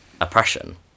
oppression